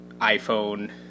iphone